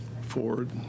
Ford